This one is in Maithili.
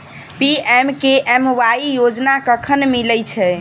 पी.एम.के.एम.वाई योजना कखन मिलय छै?